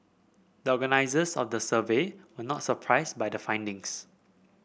the organisers of the survey were not surprised by the findings